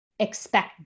expect